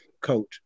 coach